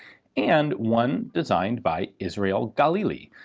and one designed by yisrael galili.